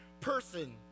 person